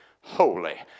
Holy